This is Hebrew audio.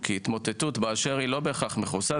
כי התמוטטות לא בהכרח מכוסה,